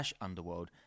Underworld